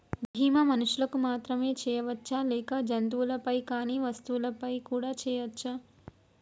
బీమా మనుషులకు మాత్రమే చెయ్యవచ్చా లేక జంతువులపై కానీ వస్తువులపై కూడా చేయ వచ్చా?